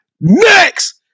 next